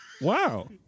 Wow